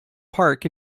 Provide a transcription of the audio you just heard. park